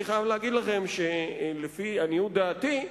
אני חייב להגיד לכם, שלפי עניות דעתי,